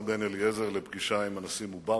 בן-אליעזר לפגישה עם הנשיא מובארק.